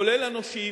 כולל הנושים,